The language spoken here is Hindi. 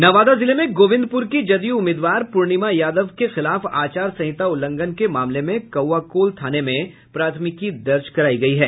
नवादा जिले में गोविंदपुर की जदयू उम्मीदवार पूर्णिमा यादव के खिलाफ आचार संहिता उल्लंघन के मामले में कौआकोल थाने में प्राथमिकी दर्ज करायी गयी है